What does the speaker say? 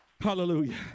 Hallelujah